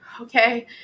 okay